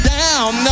down